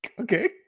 Okay